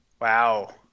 Wow